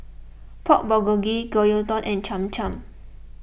Pork Bulgogi Gyudon and Cham Cham